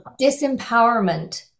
disempowerment